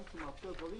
גם כשהוא מאפשר דברים